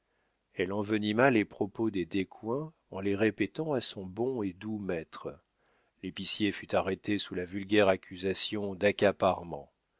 elle envenima les propos des descoings en les répétant à son bon et doux maître l'épicier fut arrêté sous la vulgaire accusation